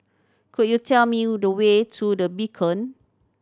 could you tell me the way to The Beacon